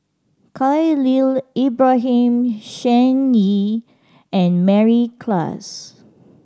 Khalil Ibrahim Shen Yi and Mary Klass